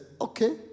Okay